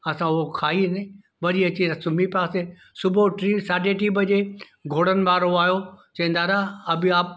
असां हो खाई वरी अची सुम्हीं पियासीं सुबुह जो टी साढी टी बजे घोड़नि वारो आयो चईं दादा अभी आप